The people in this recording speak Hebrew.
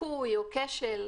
ליקוי או כשל,